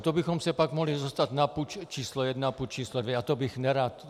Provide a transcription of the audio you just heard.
To bychom se pak mohli dostat na puč č. 1, puč č. 2 a to bych nerad.